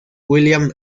william